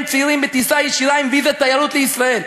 צעירים בטיסה ישירה עם ויזת תיירות לישראל.